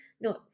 No